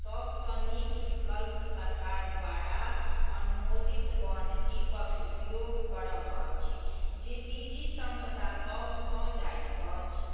सभसँ नीक विकल्प सरकार द्वारा अनुमोदित वन जीवक उपयोग करब अछि जे निजी संपदासभसँ जाइत अछि